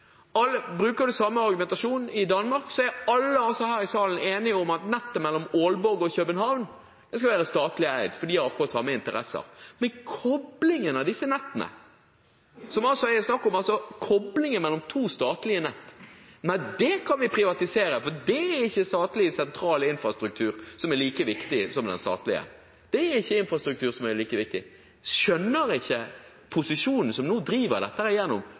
Bruker man samme argumentasjon i Danmark, er alle her i salen enige om at nettet mellom Aalborg og København skal være statlig eid, for de har akkurat samme interesser. Men koblingen av disse nettene, som dette er snakk om, koblingen mellom to statlige nett, nei, det kan vi privatisere, for det er ikke sentral infrastruktur som er like viktig som den statlige. Det er ikke infrastruktur som er like viktig. Skjønner ikke posisjonen, som nå driver dette